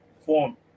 form